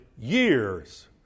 years